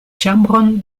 ĉambron